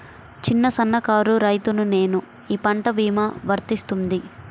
చిన్న సన్న కారు రైతును నేను ఈ పంట భీమా వర్తిస్తుంది?